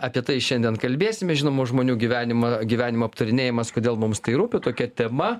apie tai šiandien kalbėsime žinomų žmonių gyvenimą gyvenimo aptarinėjimas kodėl mums tai rūpi tokia tema